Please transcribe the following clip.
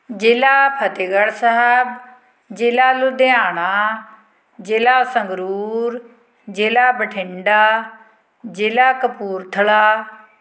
ਜ਼ਿਲ੍ਹਾ ਫਤਿਹਗੜ੍ਹ ਸਾਹਿਬ ਜ਼ਿਲ੍ਹਾ ਲੁਧਿਆਣਾ ਜ਼ਿਲ੍ਹਾ ਸੰਗਰੂਰ ਜ਼ਿਲ੍ਹਾ ਬਠਿੰਡਾ ਜ਼ਿਲ੍ਹਾ ਕਪੂਰਥਲਾ